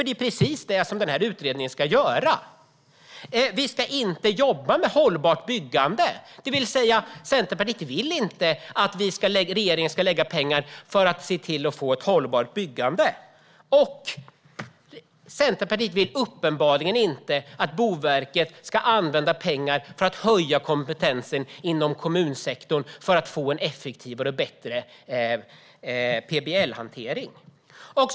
Det är precis vad utredningen ska göra. Vi ska inte jobba med frågor om hållbart byggande, det vill säga Centerpartiet vill inte att regeringen ska lägga pengar på att skapa ett hållbart byggande. Centerpartiet vill uppenbarligen inte heller att Boverket ska använda pengar för att höja kompetensen inom kommunsektorn för att få en effektivare och bättre PBL-hantering.